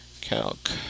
Calc